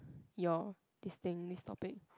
your this thing this topic